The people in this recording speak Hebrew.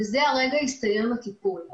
בזה הרגע הסתיים הטיפול שלנו.